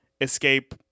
escape